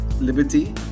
liberty